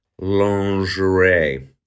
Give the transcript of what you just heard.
lingerie